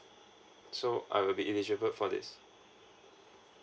so I will be eligible for this